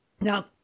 Now